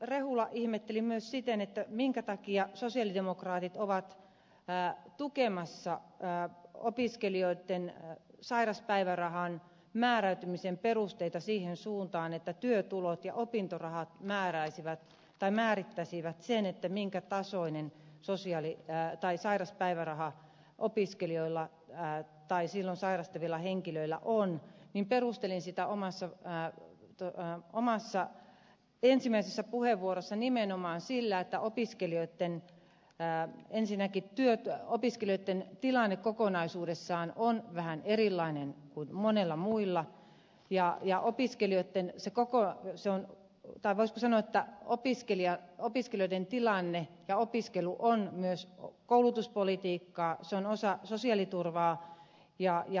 rehula ihmetteli myös sitä minkä takia sosialidemokraatit ovat tukemassa opiskelijoitten sairauspäivärahan määräytymisen perusteita siihen suuntaan että työtulot ja opintorahat määrittäisivät sen minkä tasoinen sairauspäiväraha sairastavilla henkilöillä on niin perustelin sitä ensimmäisessä puheenvuorossani nimenomaan sillä että opiskelijoitten tilanne kokonaisuudessaan on erilainen kuin monilla muilla ja ja opiskelijoitten koko lyseon tavoista sen että opiskelija opiskelleiden tilanne ja opiskelu on myös koulutuspolitiikkaa se on osa sosiaaliturvaa ja ja